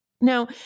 Now